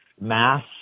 mass